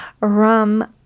rum